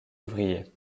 ouvriers